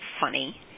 funny